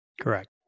Correct